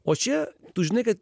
o čia tu žinai kad